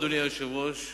אדוני היושב-ראש,